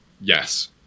Yes